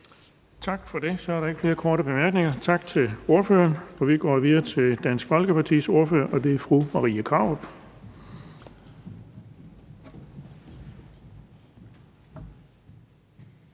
Bonnesen): Der er ikke flere korte bemærkninger. Tak til ordføreren. Vi går videre til Dansk Folkepartis ordfører, og det er fru Marie Krarup.